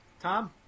Tom